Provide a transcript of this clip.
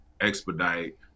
expedite